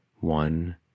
one